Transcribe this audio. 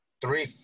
three